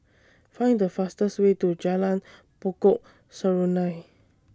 Find The fastest Way to Jalan Pokok Serunai